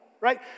right